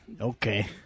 Okay